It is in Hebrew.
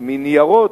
פוביה מניירות,